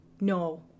No